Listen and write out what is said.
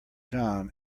john